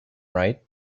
write